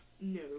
no